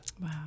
Wow